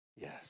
Yes